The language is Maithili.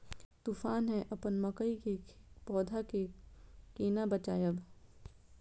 तुफान है अपन मकई के पौधा के केना बचायब?